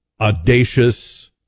audacious